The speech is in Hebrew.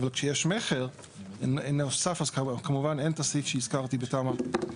כשיש מכר נוסף אז אין הסעיף שהזכרתי בתמ"א